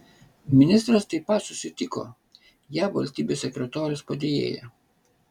ministras taip pat susitiko jav valstybės sekretoriaus padėjėja